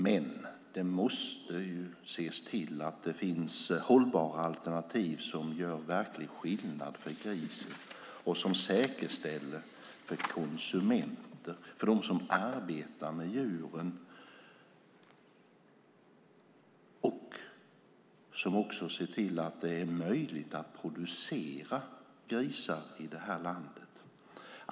Men det måste ses till att det finns hållbara alternativ som gör verklig skillnad för grisen, ger säkerhet för konsumenter och dem som arbetar med djuren samt ser till att det är möjligt att producera grisar i det här landet.